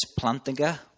Plantinga